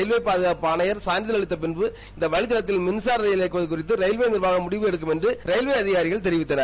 railway பாதகாப்பு ஆணையர் சான்றிதழ் அளித்த பிறகு இந்த வழித்தடத்தில் மின்சார ரயில் இயக்குவது குறித்து ராயில்வே நிர்வாகம் முடிவெடுக்கும் என்று ரயில்வே அதிகாரிகள் தெரிவித்தனர்